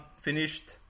finished